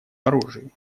оружии